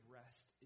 rest